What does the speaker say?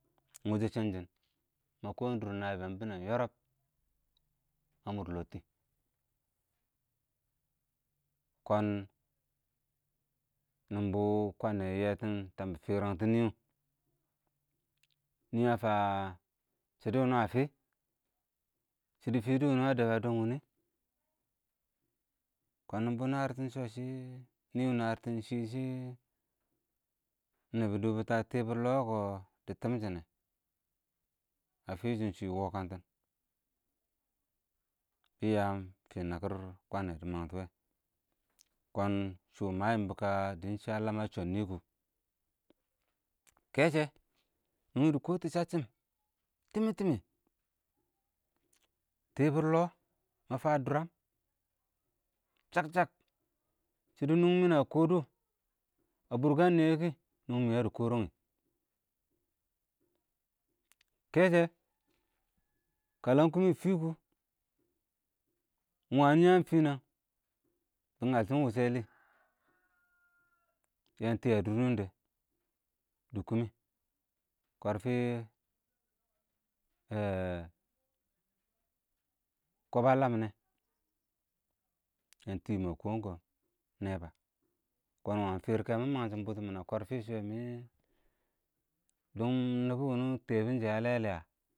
wʊshɛ shɪn shɪ mə kɔɔm dʊr nəbɪyəng bɪnɪ yɔrɔb a mʊr lɔttɪ kwən, nɪnbɔ kə nə yɛtɪn tɪɪm ɪng fɪrəngtɔ nɪ wʊ nɪ ə fəə, shɪdɔ wɪnɪ ə fɪ? shɪdɔ fɪdɔ wʊnʊ ə dɛb ə dɔɔn wɪnɪ? kiɪnkɔɔn nɪbɔ nərɪ tɪng shɔ shɪ nɪɪ wʊ nərɪtɪn ɪng shɪ shɪ, ɪng nɪbɔ dʊbʊtɔ ə tɪbɪr lɔɔ kɔ, dɪ tɪmshɪnɛ ə fɪ shʊ shɪɪng yɔɔ kəng tɪn, bɪ yəng fɪɪn nəkɪr kɔmɛ dɪ məng tʊ wɛ, kɔn shʊ mə yɪmbɔ kə dɪn shɪ a ləəm ə chɔn nɛ kʊ, kɛshɛ nʊngyɪ dɪ kɔɔ tʊ səcchɪm, tɪmɪ-tɪmɪ tɪbɪr lɔɔ mə fəə ə dʊrəm chək-chək shɪdɔ nʊngmɪn nə kɔdʊ ə bʊrkən nɪyɛ kɪ nʊnghɪ mɪ yə dɪ kɔɔ rənyɪ, kɛshɛ kə ləm kʊmɪ fɪ kʊ ɪng wənɪ yəəm fɪnɛn bɪ ngəltʊ ɪnng wɪshɛlɪ yəən tɪɪ ə dʊr nʊng dɛ, dɪɪ kʊʊmɪ, kɔrfɪ, kɔb ə ləm mɪ yɛ yəən tɪɪ mə kɔɔm-kɔɔm nɛbə, kɔɔn ɪng wəng fɪrɪ kɛ mɪ mənghshɪm bʊtɔmɪn ə kɔrfɪ lamina yate ma ksm kssm nedo ksm wang fɪrkɛ mɪ mangshem bʊtʊ mɪne a fɪshɛ mɪ, dʊng nɪbʊ wʊnʊ ɪn tɛɛ bɪn shɪ yɛ ə lɛ lɛ əh.